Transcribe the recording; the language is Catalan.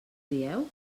dieu